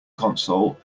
console